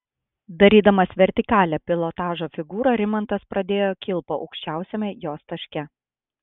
darydamas vertikalią pilotažo figūrą rimantas pradėjo kilpą aukščiausiame jos taške